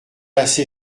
assez